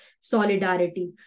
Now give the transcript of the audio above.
solidarity